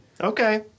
Okay